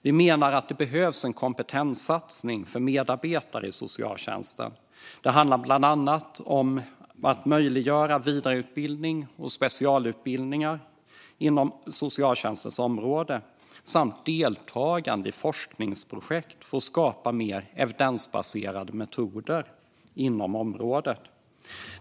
Vi menar att det behövs en kompetenssatsning för medarbetare i socialtjänsten. Det handlar bland annat om att möjliggöra vidareutbildningar och specialutbildningar inom socialtjänstens område samt deltagande i forskningsprojekt för att skapa mer evidensbaserade metoder inom området.